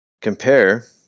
Compare